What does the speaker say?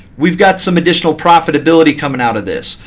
we've got some additional profitability coming out of this.